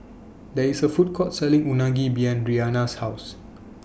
There IS A Food Court Selling Unagi behind Rihanna's House